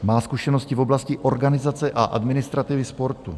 Má zkušenosti v oblasti organizace a administrativy sportu.